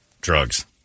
drugs